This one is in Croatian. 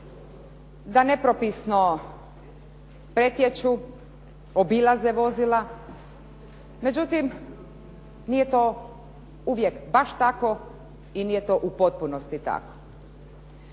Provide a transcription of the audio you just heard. da nepropisno pretječu, obilaze vozila. Međutim, nije to uvijek baš tako i nije to u potpunosti tako.